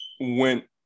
went